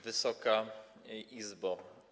Wysoka Izbo!